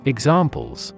Examples